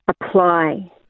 apply